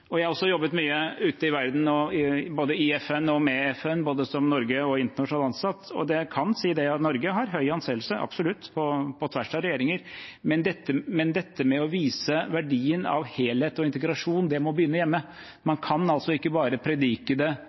Jeg har også jobbet mye ute i verden, både i FN og med FN og som både norsk og internasjonalt ansatt, og jeg kan si at Norge har høy anseelse, absolutt, på tvers av regjeringer. Men dette med å vise verdien av helhet og integrasjon må begynne hjemme. Man kan altså ikke bare predike det